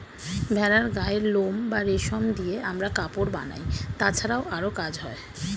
ভেড়ার গায়ের লোম বা রেশম দিয়ে আমরা কাপড় বানাই, তাছাড়াও আরো কাজ হয়